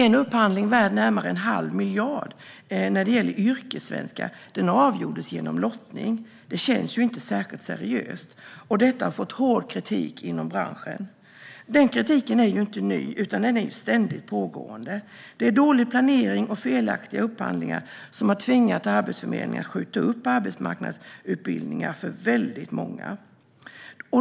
En upphandling värd närmare en halv miljard gällande yrkessvenska avgjordes genom lottning. Det känns inte särskilt seriöst. Detta har fått hård kritik inom branschen. Kritiken är inte ny, utan ständigt pågående. Det är dålig planering och felaktiga upphandlingar som har tvingat Arbetsförmedlingen att skjuta upp arbetsmarknadsutbildningar för väldigt många.